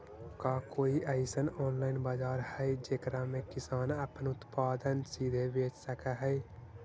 का कोई अइसन ऑनलाइन बाजार हई जेकरा में किसान अपन उत्पादन सीधे बेच सक हई?